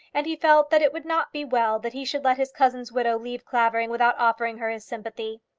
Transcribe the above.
and he felt that it would not be well that he should let his cousin's widow leave clavering without offering her his sympathy.